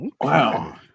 Wow